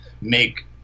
make